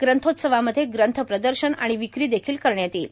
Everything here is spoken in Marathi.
ग्रंथोत्सवामध्ये ग्रंथ प्रदर्शन आणि विक्री देखील करण्यात येईल